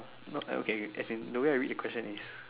no okay okay as in the way I read the question is